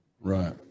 right